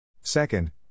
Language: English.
Second